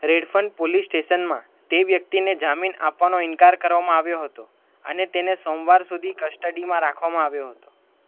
Redfern police સ્ટેશનમાં તે વ્યક્તિને જામીન આપવાનો ઈનકાર કરવામાં આવ્યો હતો અને તેને સોમવાર સુધી કસ્ટડીમાં રાખવામાં આવ્યો હતો